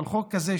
אבל חוק כזה,